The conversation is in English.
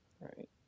Right